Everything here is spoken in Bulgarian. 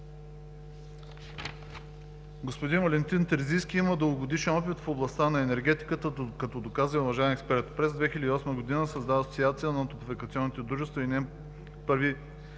Господин Валентин Терзийски има дългогодишен опит в областта на енергетиката, като доказан и уважаван експерт. През 2008 г. създава Асоциация на топлофикационните дружества и е неин първи